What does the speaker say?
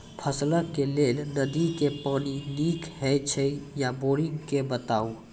फसलक लेल नदी के पानि नीक हे छै या बोरिंग के बताऊ?